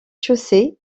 chaussée